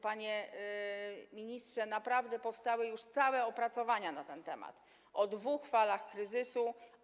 Panie ministrze, naprawdę powstały już całe opracowania na ten temat, o dwóch falach kryzysu.